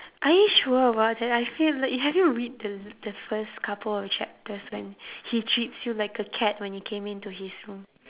are you sure about that I feel like have you read the the first couple of chapters when he treats you like a cat when you came into his room